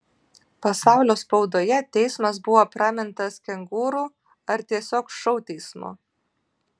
pasaulio spaudoje teismas buvo pramintas kengūrų ar tiesiog šou teismu